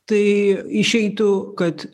tai išeitų kad